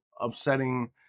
upsetting